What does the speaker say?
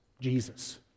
Jesus